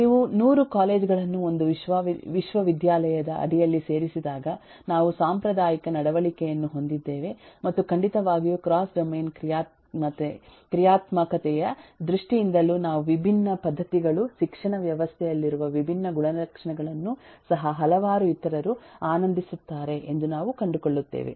ನೀವು 100 ಕಾಲೇಜು ಗಳನ್ನು ಒಂದು ವಿಶ್ವವಿದ್ಯಾಲಯದ ಅಡಿಯಲ್ಲಿ ಸೇರಿಸಿದಾಗ ನಾವು ಸಾಂಪ್ರದಾಯಿಕ ನಡವಳಿಕೆಯನ್ನು ಹೊಂದಿದ್ದೇವೆ ಮತ್ತು ಖಂಡಿತವಾಗಿಯೂ ಕ್ರಾಸ್ ಡೊಮೇನ್ ಕ್ರಿಯಾತ್ಮಕತೆಯ ದೃಷ್ಟಿಯಿಂದಲೂ ನಾವು ವಿಭಿನ್ನ ಪದ್ಧತಿಗಳು ಶಿಕ್ಷಣ ವ್ಯವಸ್ಥೆಯಲ್ಲಿರುವ ವಿಭಿನ್ನ ಗುಣಲಕ್ಷಣಗಳನ್ನು ಸಹ ಹಲವಾರು ಇತರರು ಆನಂದಿಸುತ್ತಾರೆ ಎಂದು ನಾವು ಕಂಡುಕೊಳ್ಳುತ್ತೇವೆ